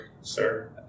sir